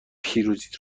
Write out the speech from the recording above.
پیروزیت